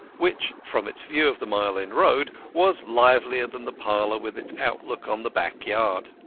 which, from its view of the mile end road, was livelier than the parlour with its outlook on the backyard.